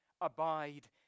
abide